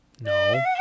No